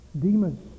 demons